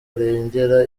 arengera